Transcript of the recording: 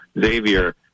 Xavier